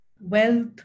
wealth